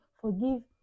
forgive